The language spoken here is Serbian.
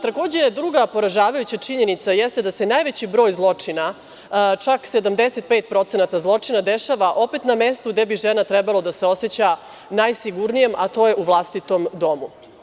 Takođe, druga poražavajuća činjenica jeste da se najveći broj zločina, čak 75% zločina dešava na mestu gde bi žena trebalo da se oseća najsigurnijom, a to je vlastiti dom.